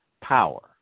power